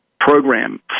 program